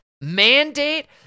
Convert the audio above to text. mandate